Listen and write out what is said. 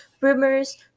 rumors